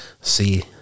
see